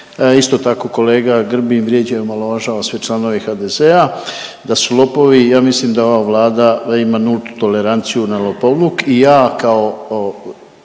isto tako kolega Grbin vrijeđa i omalovažava sve članove HDZ-a da su lopovi. Ja mislim da ova vlada ima nultu toleranciju na lopovluk i ja kao